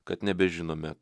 kad nebežinome